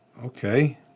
Okay